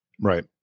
Right